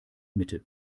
mitte